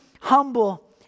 humble